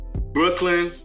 Brooklyn